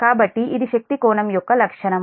కాబట్టి ఇది శక్తి కోణం యొక్క లక్షణం